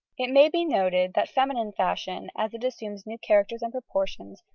it may be noted that feminine fashion, as it assumes new characters and proportions,